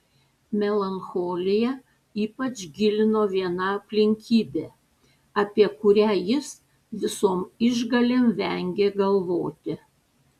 melancholiją ypač gilino viena aplinkybė apie kurią jis visom išgalėm vengė galvoti